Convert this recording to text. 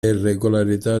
irregolarità